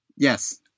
Yes